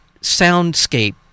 soundscape